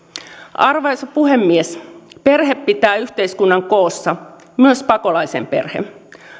arvoisa puhemies perhe pitää yhteiskunnan koossa myös pakolaisen perhe